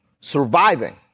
surviving